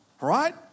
right